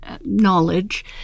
knowledge